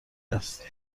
است